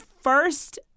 first